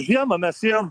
žiemą mes ėjom